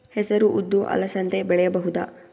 ಹೆಸರು ಉದ್ದು ಅಲಸಂದೆ ಬೆಳೆಯಬಹುದಾ?